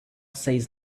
sees